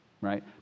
Right